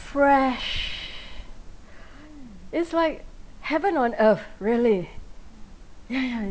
fresh is like heaven on earth really yeah yeah